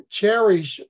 cherish